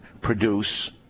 produce